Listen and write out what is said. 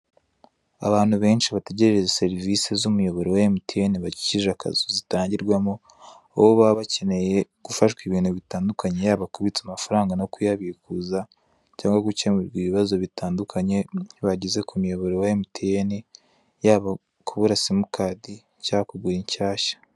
Abantu benshi batekereje serivise z'umuyoboro wa emutiyene bakikije akazu zitangirwamo, aho baba bakeneye gufashwa ibintu bitandukanye, yaba kubitsa amafaranga no kuyabikuza cyangwa gukemurirwa ibibazo bitandukanye bagize ku muyoboro wa emutiyene, yaba kubura simukadi cyangwa kugura inshyashya.